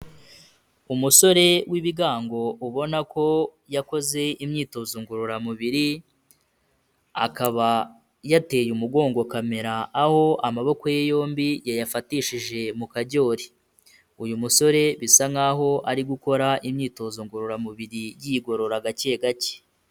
Umusore w'ibigango ubona ko yakoze imyitozo ngororamubiri, akaba yateye umugongo kamera aho amaboko ye yombi yayafatishije mu kajyori, uyu musore bisa nkaho ari gukora imyitozo ngororamubiri yigorora gake gake.